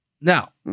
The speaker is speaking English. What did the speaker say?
Now